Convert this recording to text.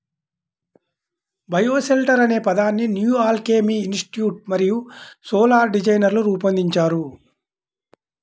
bioshelter అనే పదాన్ని new alchemy institute మరియు సోలార్ డిజైనర్లు రూపొందించారు